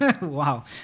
Wow